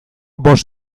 bost